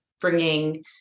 bringing